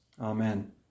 Amen